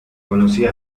conocida